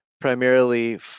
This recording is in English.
primarily